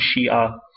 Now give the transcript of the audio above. Shia